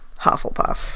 Hufflepuff